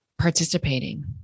participating